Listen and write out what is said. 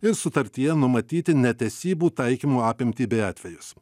ir sutartyje numatyti netesybų taikymo apimtį bei atvejus